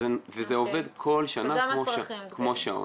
זה עובד כל שנה כמו שעון.